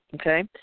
okay